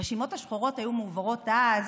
הרשימות השחורות היו מועברות אז